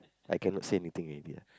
I cannot say anything already lah